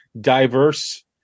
diverse